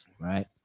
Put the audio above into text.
right